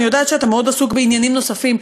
אני יודעת שאתה מאוד עסוק בעניינים נוספים,